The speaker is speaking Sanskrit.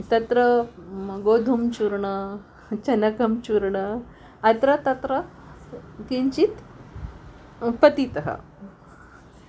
तत्र गोधूमचूर्णं चणकचूर्णम् अत्र तत्र किञ्चित् पतितम्